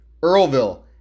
Earlville